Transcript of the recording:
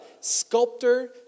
sculptor